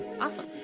Awesome